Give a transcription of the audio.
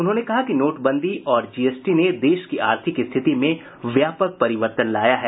उन्होंने कहा कि नोटबंदी और जीएसटी ने देश की आर्थिक स्थिति में व्यापक परिवर्तन लाया है